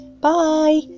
bye